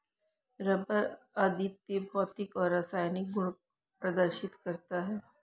rubber अद्वितीय भौतिक और रासायनिक गुण प्रदर्शित करता है